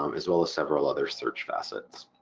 um as well as several other search facets.